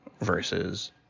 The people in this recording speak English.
Versus